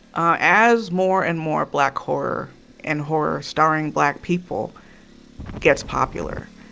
ah as more and more black horror and horror starring black people gets popular,